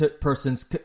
person's